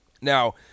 Now